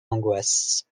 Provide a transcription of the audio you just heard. angoisse